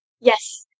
Yes